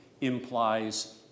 implies